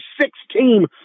six-team